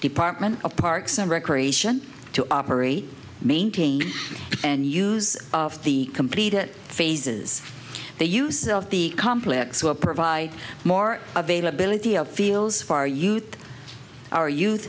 department of parks and recreation to operate maintain and use of the completed phases the use of the complex will provide more availability of fields far youth are youth